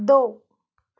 दो